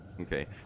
okay